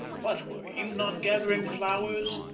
but were you not gathering flowers,